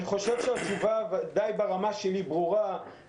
אני חושב שהתשובה ברמה שלי די ברורה.